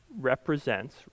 represents